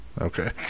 Okay